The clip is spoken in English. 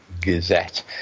Gazette